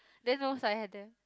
then no sign have them